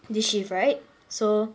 this shift right so